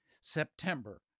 September